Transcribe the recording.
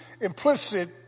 implicit